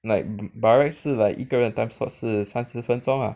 like by right 是 like 一个人的 time slot 是三十分钟 lah